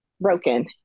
broken